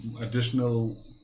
additional